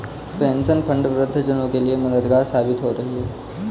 pension fund वृद्ध जनों के लिए मददगार साबित हो रही है